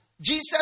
Jesus